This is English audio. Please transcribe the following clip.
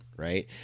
right